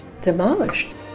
demolished